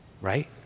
right